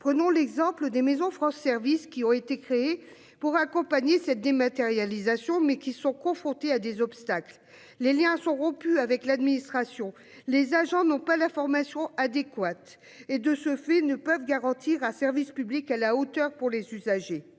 Prenons l'exemple des maisons France service qui ont été créés pour accompagner cette dématérialisation mais qui sont confrontés à des obstacles les Liens sont rompus avec l'administration, les agents n'ont pas la formation adéquate et de ce fait ne peuvent garantir un service public à la hauteur pour les usagers.